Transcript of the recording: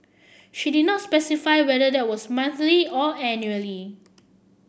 she did not specify whether that was monthly or annually